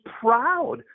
proud